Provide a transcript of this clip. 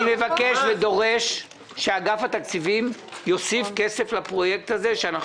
אני מבקש ודורש שאגף התקציבים יוסיף כסף לפרויקט הזה כדי